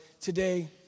today